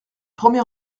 premier